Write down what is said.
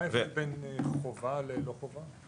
מה ההבדל בין חובה ללא חובה?